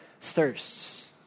thirsts